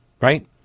right